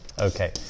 Okay